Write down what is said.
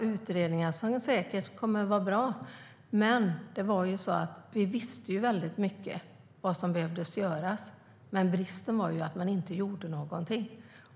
Utredningarna kommer säkert att vara bra, men vi visste redan mycket om vad som behövde göras. Bristen var att man inte gjorde något.